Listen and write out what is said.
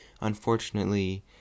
Unfortunately